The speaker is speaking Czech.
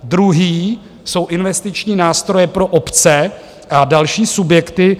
Druhý jsou investiční nástroje pro obce a další subjekty.